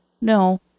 no